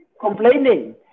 complaining